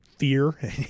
fear